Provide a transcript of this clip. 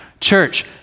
Church